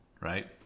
right